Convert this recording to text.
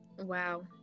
wow